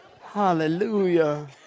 Hallelujah